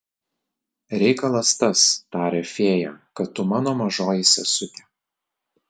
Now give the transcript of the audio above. reikalas tas taria fėja kad tu mano mažoji sesutė